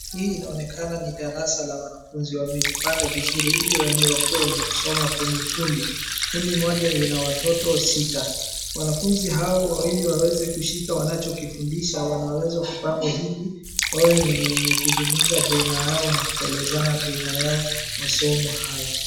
Hii inaonekana ni darasa la wanafunzi. Wamejipanga vizuri, ili wenye, wakuwe wenye kusoma kwenye kundi. Kundi moja ina watoto sita. Wanafunzi hawa wawili waweze kushika wanachokifundisha wanaweza kupangwa hivi, wawe wenye ni wenye kuzungumza beina yao na kuelezana beina yao masomo hayo.